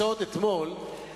לא ליום לא ליומיים,